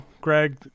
Greg